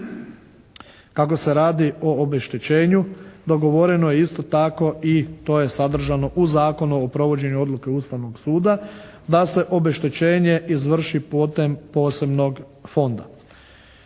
Kako se radi o obeštećenju dogovoreno je isto tako i to je sadržano u Zakonu o provođenju odluke Ustavnog suda da se obeštećenje izvrši putem posebnog fonda.